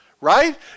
right